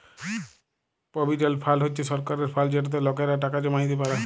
provident fund হছে সরকারের fund যেটতে লকেরা টাকা জমাইতে পারে